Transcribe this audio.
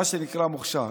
מה שנקרא מוכש"ר.